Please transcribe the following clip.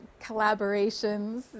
collaborations